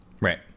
Right